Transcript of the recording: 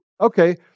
okay